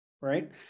right